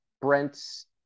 Brent's